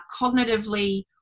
cognitively